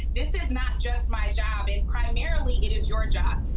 this is not just my job. and primarily it is your job.